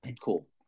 cool